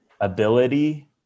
ability